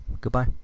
Goodbye